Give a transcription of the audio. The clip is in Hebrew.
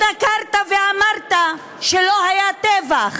התנכרת ואמרת שלא היה טבח